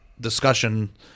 discussion